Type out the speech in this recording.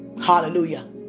Hallelujah